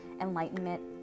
enlightenment